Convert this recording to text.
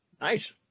Nice